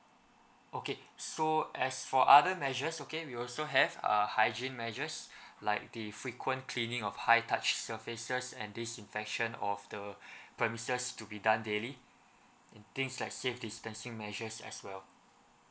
okay so as for other measures okay we also have err hygiene measures like the frequent cleaning of high touch surfaces and disinfection of the premises to be done daily in things as safe distancing measures as well